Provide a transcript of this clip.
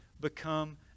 become